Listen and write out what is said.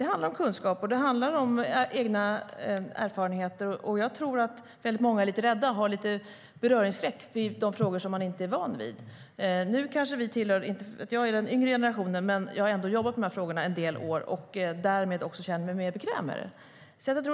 Det handlar om kunskap, och det handlar om egna erfarenheter. Jag tror att många är lite rädda och har något av beröringsskräck för de frågor som de inte är vana vid. Inte för att jag tillhör den yngre generationen, men jag har ändå jobbat med frågorna en del år och känner mig därmed också mer bekväm med dem.